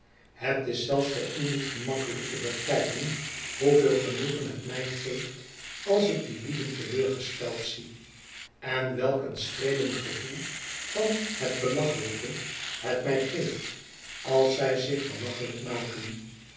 het is zelfs voor u niet gemakkelyk te begrijpen hoeveel genoegen het mij geeft als ik die lieden te leur gesteld zie en welk een streelend gevoel van het belachelijke het mij geeft als zij zich belachelyk maken